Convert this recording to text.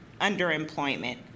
underemployment